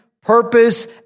purpose